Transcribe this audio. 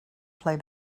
play